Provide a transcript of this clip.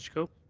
cope?